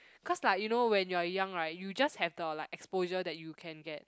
cause like you know when you are young right you just have the like exposure that you can get